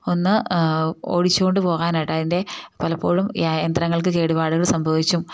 ഒന്ന് ഓടിച്ചു കൊണ്ട് പോകാനായിട്ട് അതിൻ്റെ പലപ്പോഴും യന്ത്രങ്ങൾക്ക് കേടുപാടുകൾ സംഭവിച്ചും